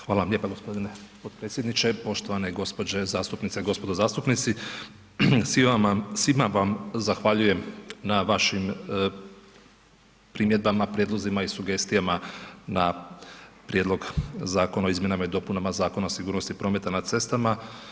Hvala vam lijepa gospodine potpredsjedniče, poštovane gospođe zastupnice, gospodo zastupnici, svima vam zahvaljujem na vašim primjedbama, prijedlozima i sugestijama na Prijedlog Zakona o izmjenama i dopunama Zakona o sigurnosti prometa na cestama.